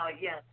Yes